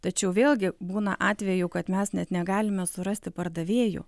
tačiau vėlgi būna atvejų kad mes net negalime surasti pardavėjų